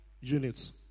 units